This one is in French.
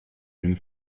une